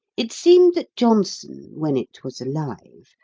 it seemed that johnson, when it was alive,